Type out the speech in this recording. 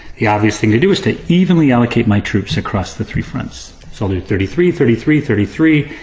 the obvious thing to do is to evenly allocate my troops across the three fronts. so i'll do thirty three, thirty three, thirty three.